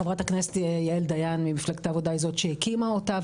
חברת הכנסת יעל דיין ממפלגת העבודה היא זאת שהקימה אותה,